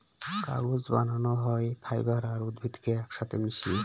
কাগজ বানানো হয় ফাইবার আর উদ্ভিদকে এক সাথে মিশিয়ে